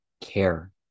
care